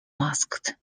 masked